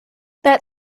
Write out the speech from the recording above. that